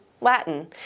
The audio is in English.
Latin